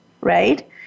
right